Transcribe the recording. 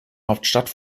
hauptstadt